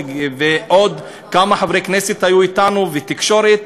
ועוד כמה חברי כנסת היו אתנו והתקשורת,